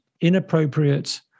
inappropriate